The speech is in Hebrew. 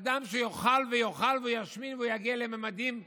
אדם שיאכל ויאכל וישמין, ויגיע לממדים עצומים,